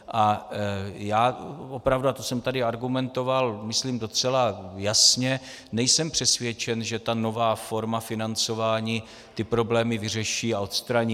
A já opravdu, a to jsem tady argumentoval myslím docela jasně, nejsem přesvědčen, že ta nová forma financování problémy vyřeší a odstraní.